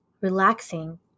relaxing